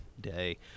day